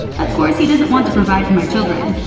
of course, he doesn't want to provide for my children.